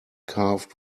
carved